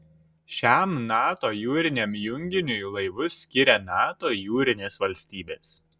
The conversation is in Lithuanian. šiam nato jūriniam junginiui laivus skiria nato jūrinės valstybės